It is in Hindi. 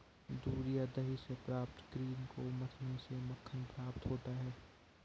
दूध या दही से प्राप्त क्रीम को मथने से मक्खन प्राप्त होता है?